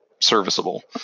serviceable